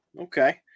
Okay